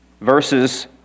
verses